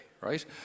right